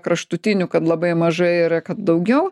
kraštutinių kad labai mažai yra kad daugiau